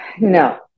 no